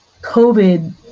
COVID